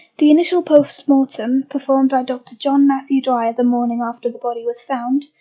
the initial post-mortem, performed by dr john matthew dwyer the morning after the body was found,